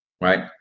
Right